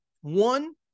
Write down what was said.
One